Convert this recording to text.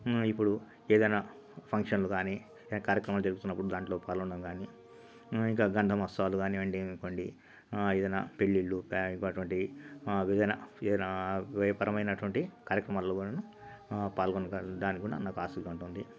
ఇప్పుడు ఏదయినా ఫంక్షన్లు కానీ కార్యక్రమాలు జరుగుతున్నప్పుడు దాంట్లో పాల్గొనడం కానీ ఇంకా గంధం వస్త్రాలు కానివ్వండి కొండి ఏదయినా పెళ్ళిళ్ళు పే అటువంటివి ఏదయినా దైవపరమయినటువంటి కార్యక్రమాల్లో కూడాను పాల్గొంటూ దానికి కూడా నాకొక ఆశగా ఉంటుంది